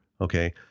Okay